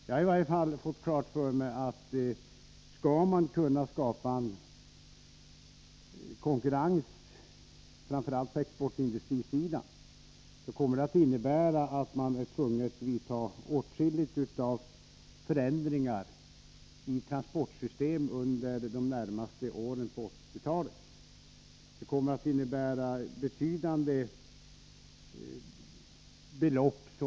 Jag har i varje fall fått klart för mig att om man skall kunna skapa konkurrens, framför allt på exportindustrisidan, kommer det att innebära att man blir tvungen att göra åtskilliga förändringar i fråga om transportsystem under de närmaste åren på 1980-talet.